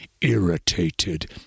irritated